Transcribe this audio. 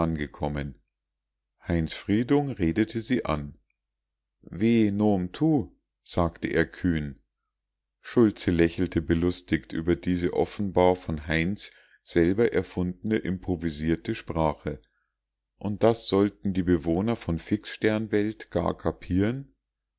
herangekommen heinz friedung redete sie an we nom tu fragte er kühn schultze lächelte belustigt über diese offenbar von heinz selber erfundene improvisierte sprache und das sollten die bewohner der fixsternwelt gar kapieren